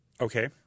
Okay